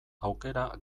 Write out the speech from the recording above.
aukera